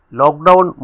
lockdown